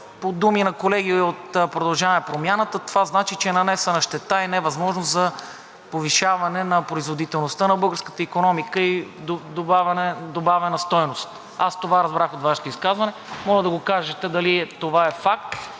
по думи на колеги от „Продължаваме Промяната“ това значи, че е нанесена щета и невъзможност за повишаване на производителността на българската икономика и добавена стойност. Аз това разбрах от Вашето изказване. Моля да кажете дали това е факт